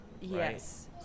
Yes